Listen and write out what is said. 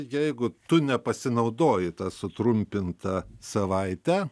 jeigu tu nepasinaudoji ta sutrumpinta savaite